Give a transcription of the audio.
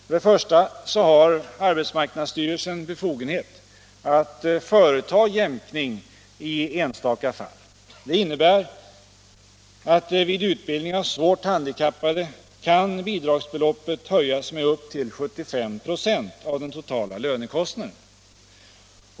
För det första har AMS befogenhet att företa jämkning i enstaka fall. Det innebär att vid utbildning av svårt handikappade kan bidragsbeloppet höjas med upp till 75 26 av den totala lönekostnaden.